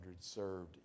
served